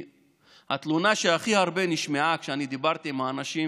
התלונה שהכי הרבה נשמעה כשאני דיברתי עם אנשים